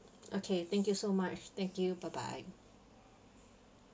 okay thank you so much thank you bye bye